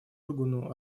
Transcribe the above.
органу